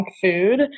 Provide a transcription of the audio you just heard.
food